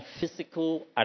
physical